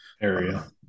area